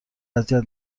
اذیت